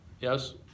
Yes